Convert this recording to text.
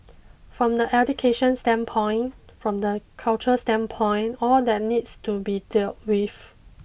from the education standpoint from the culture standpoint all that needs to be dealt with